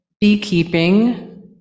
beekeeping